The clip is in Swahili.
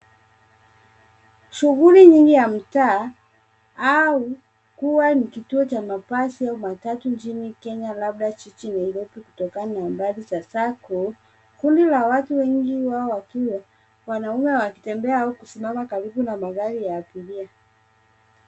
Shughuli nyingi ya mtaa au kuwa ni kituo cha mabasi au matatu nchini Kenya labda jiji Nairobi kutokana na nambari za Sacco . Kundi la watu wengi wakiwa wanaume wakitembea au kusimama karibu na magari ya abiria.